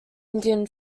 indian